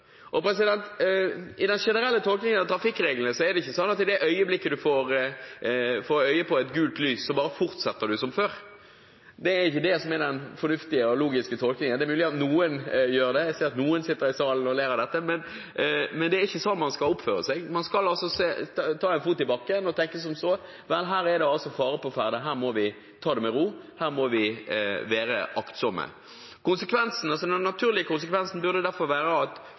I den generelle tolkningen av trafikkreglene er det ikke sånn at i det øyeblikk man får øye på et gult lys, bare fortsetter man som før. Det er ikke den fornuftige og logiske tolkningen. Det er mulig at noen gjør det – jeg ser at noen sitter i salen og ler av dette – men det er ikke sånn man skal oppføre seg. Man skal sette en fot i bakken og tenke som så: Her er det fare på ferde, her må vi ta det med ro, her må vi være aktsomme. Den naturlige konsekvensen av gult lys, at